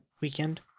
weekend